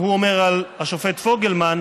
הוא אומר על השופט פוגלמן,